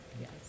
Yes